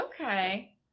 okay